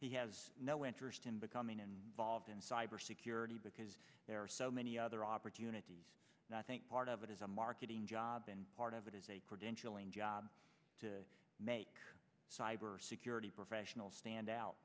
he has no interest in becoming involved in cybersecurity because there are so many other opportunities not think part of it is a marketing job and part of it is a credentialing job to make cybersecurity professional stand out